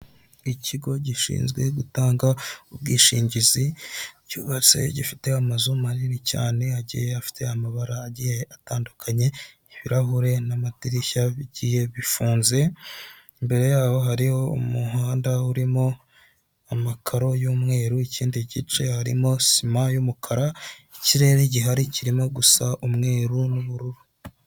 Ikigo gishinzwe gutanga ubwishingizi cyubatse gifite amazu manini cyane agiye afite amabara atandukanye, ibirahure n'amadirishya bigiye bifunze, imbere yaho hariho umuhanda urimo amakaro y'umweru, ikindi gice harimo sima y'umukara, ikirere gihari kirimo gusa umweru n'ubururu.